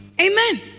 Amen